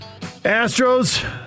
Astros